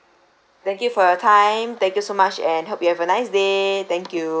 thank you for your time thank you so much and hope you have a nice day thank you